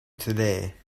today